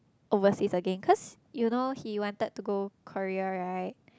overseas again cause you know he wanted to go Korea right